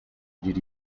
did